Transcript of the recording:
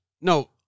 No